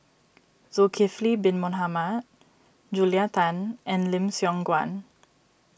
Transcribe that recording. Zulkifli Bin Mohamed Julia Tan and Lim Siong Guan